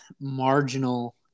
marginal